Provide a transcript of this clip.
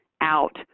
out